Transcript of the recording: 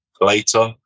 later